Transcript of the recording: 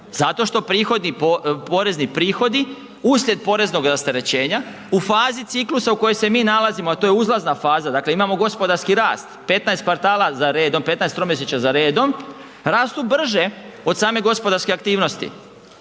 zato što porezni prihodi uslijed poreznog rasterećenja u fazi ciklusa u kojoj se mi nalazimo a to je uzlazna faza. Dakle imamo gospodarski rast 15 kvartala za redom, 15 tromjesečja za redom rastu brže od same gospodarske aktivnosti.